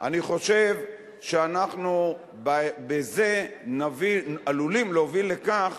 אני חושב שאנחנו בזה עלולים להוביל לכך